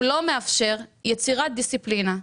הוא לא מאפשר יצירת דיסציפלינה,